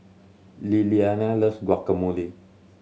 Lilliana loves Guacamole